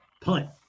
punt